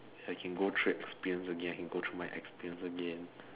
I can go through an experience again I can go through my experience again